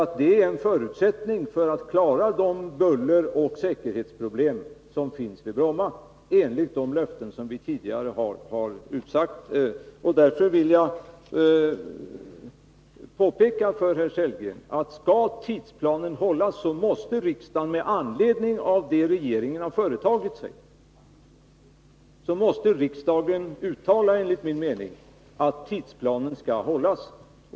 Det är en förutsättning att man skall klara de bulleroch säkerhetsproblem som finns vid Bromma — detta enligt de löften som vi tidigare gett. Därför vill jag påpeka för herr Sellgren att skall tidsplanen hållas så måste riksdagen med anledning av det regeringen företagit sig enligt min mening uttala att tidsplanen skall hållas.